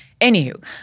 Anywho